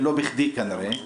ולא בכדי כנראה.